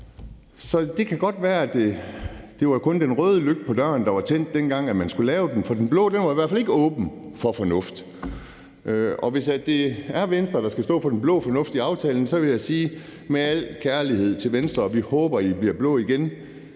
kan godt være, at det kun var røde lampe på døren, der var tændt, dengang man skulle lave den. De blå var i hvert fald ikke åbne for fornuft. Hvis det er Venstre, der skal stå for den blå fornuft i aftalen, så vil jeg sige, og det er med al kærlighed til Venstre, at vi håber, at I bliver blå igen.